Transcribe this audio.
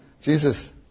Jesus